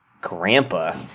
grandpa